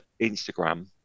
Instagram